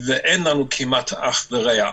ואין לנו כמעט אח ורע.